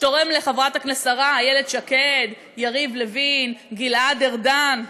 שתורם לשרה איילת שקד, ליריב לוין, לגלעד ארדן,